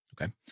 Okay